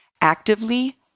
Actively